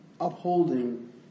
upholding